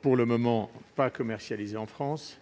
pour le moment commercialisé en France